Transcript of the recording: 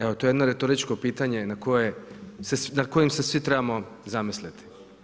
Evo to je jedno retoričko pitanje nad kojim se svi trebamo zamisliti.